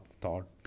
thought